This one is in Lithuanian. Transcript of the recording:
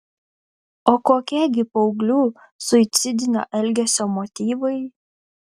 o kokie gi paauglių suicidinio elgesio motyvai